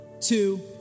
two